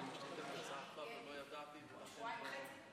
יהיה דיון עוד שבועיים וחצי?